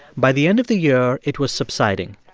by the end of the year, it was subsiding.